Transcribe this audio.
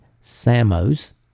SAMOS